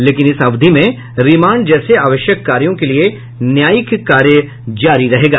लेकिन इस अवधि में रिमांड जैसे आवश्यक कार्यों के लिये न्यायिक कार्य जारी रहेगा